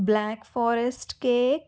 black forest cake